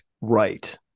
right